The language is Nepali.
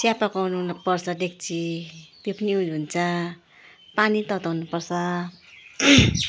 चिया पकाउनुपर्छ डेक्ची हुन्छ पानी तताउनुपर्छ